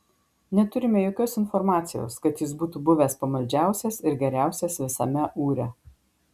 neturime jokios informacijos kad jis būtų buvęs pamaldžiausias ir geriausias visame ūre